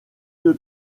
deux